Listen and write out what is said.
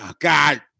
God